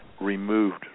removed